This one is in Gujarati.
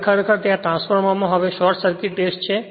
હવે ખરેખર ત્યાં ટ્રાન્સફોર્મરમાં હવે આ શોર્ટ સર્કિટ ટેસ્ટ છે